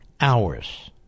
hours